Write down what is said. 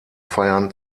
feiern